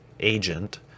agent